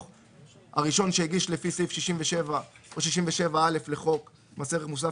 התקופתי הראשון שהגיש לפי סעיפים 67 או 67א לחוק מס ערך מוסף,